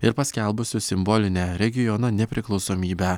ir paskelbusių simbolinę regiono nepriklausomybę